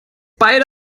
beide